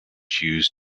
used